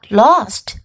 lost